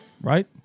Right